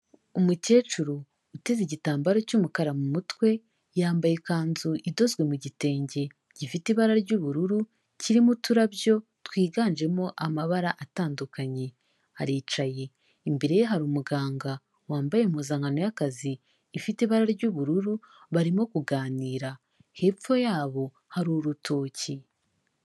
Umukecuru uteze igitambaro cy'umukara mu mutwe, yambaye ikanzu idozwe mu gitenge gifite ibara ry'ubururu, kirimo uturabyo, twiganjemo amabara atandukanye. Aricaye, imbere ye hari umuganga wambaye impuzankano y'akazi, ifite ibara ry'ubururu, barimo kuganira, hepfo yabo hari urutoki.